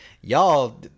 y'all